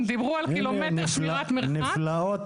דיברו על קילומטר שמירת מרחק --- אלה הן נפלאות